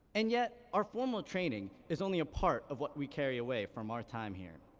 and yet, our formal training is only a part of what we carry away from our time here.